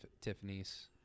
Tiffany's